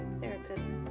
therapist